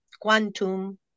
quantum